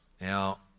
Now